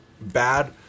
bad